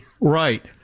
Right